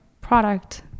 product